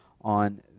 on